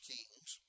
Kings